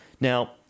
Now